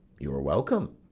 you are welcome.